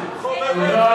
תודה.